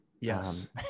Yes